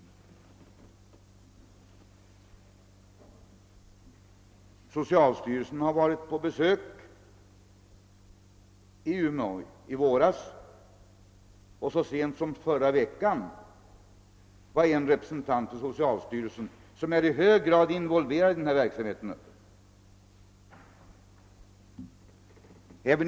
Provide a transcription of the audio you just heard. Socialstyrelsen har varit på besök i Umeå i våras, och så sent som i förra veckan var en representant för socialstyrelsen — som är i hög grad involverad i denna verksamhet — där uppe.